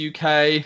uk